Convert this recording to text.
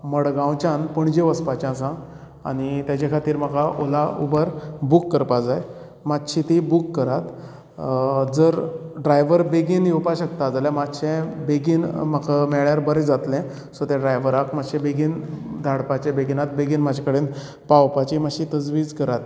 मडगांवच्यान पणजे वचपाचे आसा आनी तेजे खातीर म्हाका ओला उबर बूक करपाक जाय मात्शी ती बूक करात जर ड्रायवर बेगीन येवपाक शकता जाल्यार मात्शें बेगीन म्हाका मेळ्ळ्यार बरें जातले सो त्या ड्रायवराक मात्शें बेगीन धाडपाचें बेगीनात बेगीन म्हाजे कडेन पावपाचें मात्शें तजवीज करात